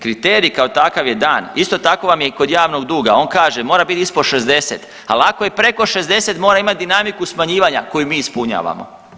Kriterij kao takav je dan, isto tako vam je i kod javnog duga, on kaže mora biti ispod 60, al ako je preko 60 mora imati dinamiku smanjivanja koju mi ispunjavamo.